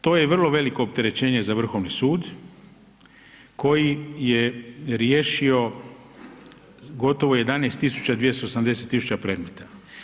To je vrlo veliko opterećenje za Vrhovni sud koji je riješio gotovo 11 tisuća 280 tisuća predmeta.